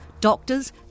doctors